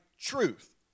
truth